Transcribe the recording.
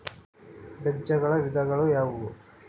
ಬೇಜಗಳ ವಿಧಗಳು ಯಾವುವು?